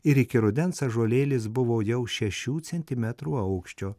ir iki rudens ąžuolėlis buvo jau šešių centimetrų aukščio